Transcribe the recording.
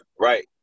Right